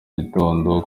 gitondo